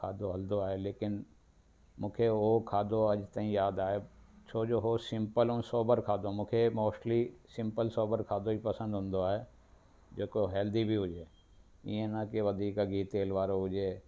खाधो हलंदो आहे लेकिन मूंखे हो खाधो अॼु ताईं यादि आहे छो जो हो सिंपल ऐं सोबर खाधो हो मूंखे मोस्टिली सिंपल सोबर खाधो ई पसंदि हूंदो आहे जेको हेल्दी बि हुजे ईअं न की वधीक गिह तेल वारो हुजे